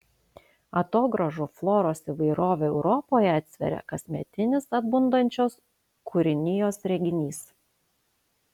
atogrąžų floros įvairovę europoje atsveria kasmetinis atbundančios kūrinijos reginys